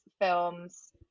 films